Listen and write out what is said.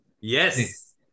Yes